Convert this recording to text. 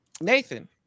Nathan